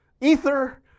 Ether